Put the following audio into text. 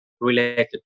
related